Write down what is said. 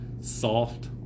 soft